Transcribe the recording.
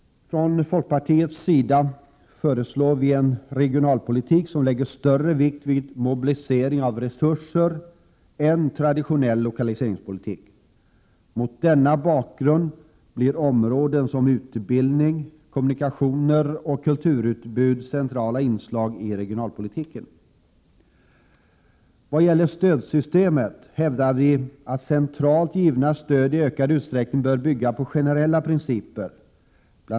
Från folkpartiets sida föreslår vi en regionalpolitik som lägger större vikt vid mobilisering av resurser än traditionell lokaliseringspolitik. Mot denna bakgrund blir områden som utbildning, kommunikationer och kulturutbud centrala inslag i regionalpolitiken. I vad gäller stödsystemet hävdar vi att centralt givna stöd i ökad utsträckning bör bygga på generella principer. Bl.